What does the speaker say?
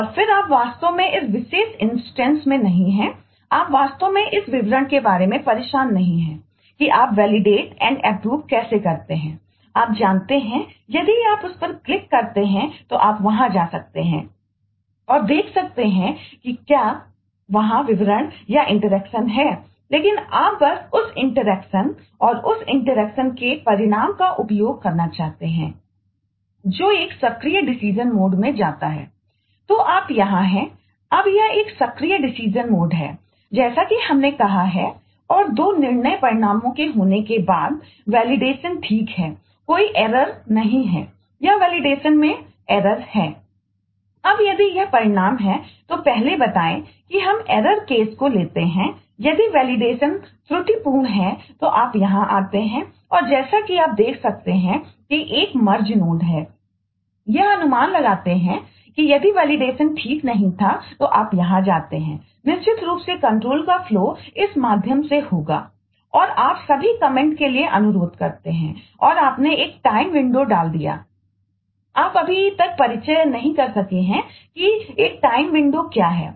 तो आप यहां हैं अब यह एक सक्रिय डिसीजन मोड है